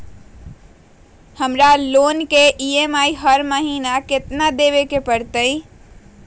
हमरा लोन के ई.एम.आई हर महिना केतना देबे के परतई?